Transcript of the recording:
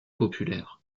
populaire